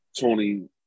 Tony